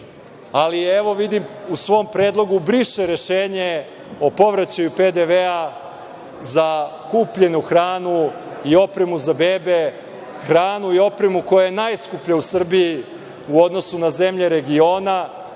ali evo vidim u svom predlogu briše rešenje o povraćaju PDV-a za kupljenu hranu i opremu za bebe, hranu i opremu koja je najskuplja u Srbiji u odnosu na zemlje regiona,